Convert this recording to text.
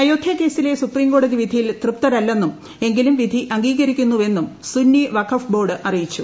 അയോധ്യ കേസിലെ സുപ്രീം കോടതി വിധിയിൽ തൃപ്തരല്ലെന്നും എങ്കിലും വിധി അംഗീകരിക്കുന്നുവെന്നും സ്നി വഖഫ് ബോർഡ് അറിയിച്ചു